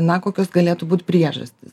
na kokios galėtų būt priežastys